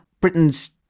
britain's